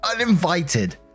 uninvited